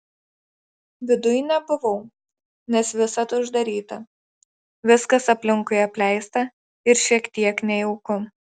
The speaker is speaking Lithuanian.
viduj nebuvau nes visad uždaryta viskas aplinkui apleista ir šiek tiek nejauku